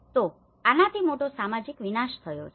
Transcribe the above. તો આનાથી મોટો સામાજિક વિનાશ થયો છે